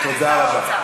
מעולה, תודה רבה.